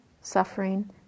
suffering